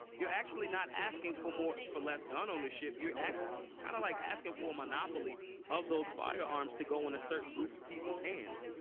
you're actually not asking for more for less gun ownership. you're ask kind of, like, asking for a monopoly of those firearms to go in a certain group of people's hands,